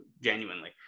genuinely